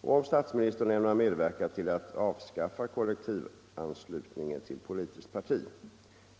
och om statsministern ämnar medverka till att avskaffa kollektivanslutningen till politiskt parti.